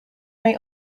may